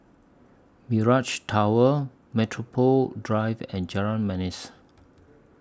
Mirage Tower Metropole Drive and Jalan Manis